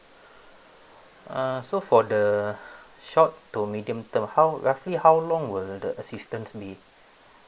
uh so for the short to medium term how roughly how long will the assistance be